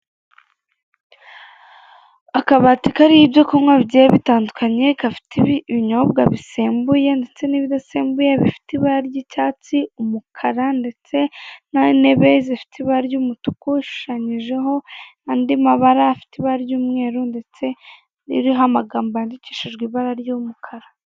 Akabati kariho ibyo kunywa bigiye bitandukanye, gafite ibinyobwa bisembuye ndetse n'ibidasembuye, bifite ibara ry'icyatsi umukara, ndetse n'intebe zifite ibara ry'umutuku, ushushanyijeho andi mabara, afite ibara ry'umweru ndetse iriho amagambo yandikishije ibara ry'umukara.